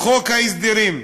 חוק ההסדרים.